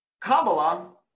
Kabbalah